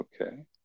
Okay